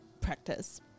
practice